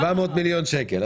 700 מיליון שקל,